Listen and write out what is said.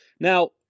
Now